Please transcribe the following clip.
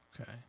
Okay